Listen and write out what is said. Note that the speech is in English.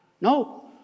No